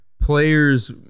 players